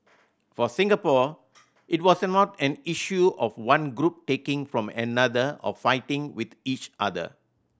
for Singapore it was not an issue of one group taking from another or fighting with each other